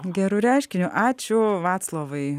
geru reiškiniu ačiū vaclovai